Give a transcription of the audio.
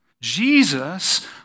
Jesus